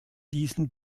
diesen